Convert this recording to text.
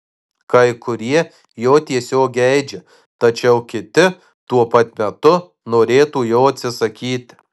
kai kurie jo tiesiog geidžia tačiau kiti tuo pat metu norėtų jo atsisakyti